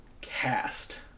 cast